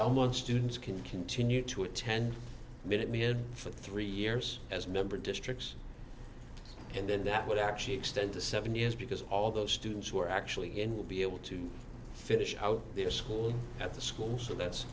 month students can continue to attend minute me and for three years as member districts and then that would actually extend to seven years because all those students who are actually in will be able to finish out their schooling at the school so that's